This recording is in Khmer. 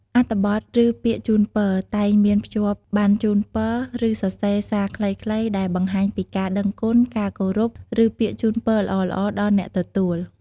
អត្ថបទឬពាក្យជូនពរ តែងមានភ្ជាប់ បណ្ណជូនពរ ឬសរសេរ សារខ្លីៗ ដែលបង្ហាញពីការដឹងគុណ ការគោរព ឬពាក្យជូនពរល្អៗដល់អ្នកទទួល។